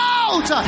out